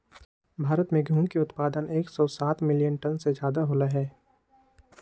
भारत में गेहूं के उत्पादन एकसौ सात मिलियन टन से ज्यादा होलय है